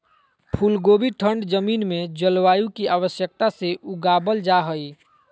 फूल कोबी ठंड जमीन में जलवायु की आवश्यकता से उगाबल जा हइ